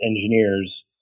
engineers